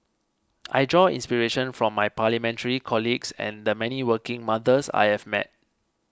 I draw inspiration from my Parliamentary colleagues and the many working mothers I have met